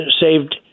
saved